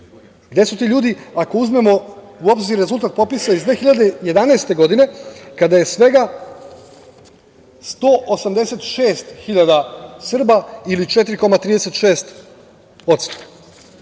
Gde su ti ljudi, ako uzmemo u obzir rezultat popisa iz 2011. godine, kada je svega 186 hiljada Srba, ili 4,36%?